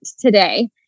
today